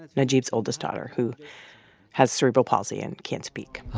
najeeb's oldest daughter, who has cerebral palsy and can't speak